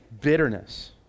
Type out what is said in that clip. bitterness